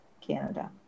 Canada